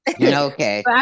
Okay